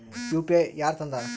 UPI ಯಾರ್ ತಂದಾರ?